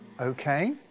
Okay